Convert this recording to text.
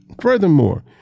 furthermore